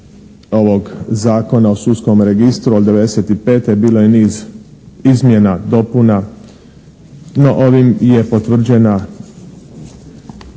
ovog Zakona o sudskom registru od '95. bilo je niz izmjena, dopuna. No, ovim je potvrđena